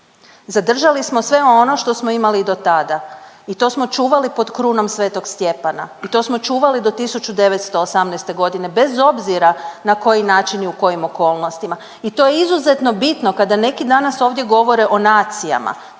Zadržali smo sve ono što smo imali do tada i to smo čuvali pod krunom Sv. Stjepana i to smo čuvali do 1918. godine bez obzira na koji način i u kojim okolnostima i to je izuzetno bitno kada neki danas ovdje govore o nacijama.